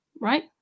Right